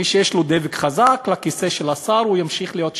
מי שיש לו דבק חזק לכיסא של השר ימשיך להיות שם,